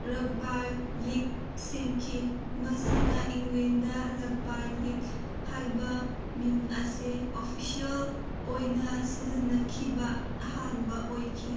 rugby league ꯁꯦꯝꯈꯤ ꯃꯁꯤꯅ England rugby league ꯍꯥꯏꯕ ꯃꯤꯡ ꯑꯁꯦ ꯑꯣꯐꯤꯁꯦꯜ ꯑꯣꯏꯅ ꯁꯤꯖꯤꯟꯅꯈꯤꯕ ꯑꯍꯥꯟꯕ ꯑꯣꯏꯈꯤ